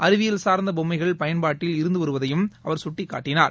அறிவியல் சார்ந்தபொம்ஸமகள் பயன்பாட்டில் இருந்துவருவதையும் அவர் சுட்டிக்காட்டினார்